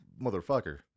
motherfucker